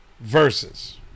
Versus